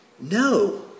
No